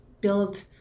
build